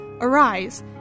Arise